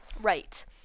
Right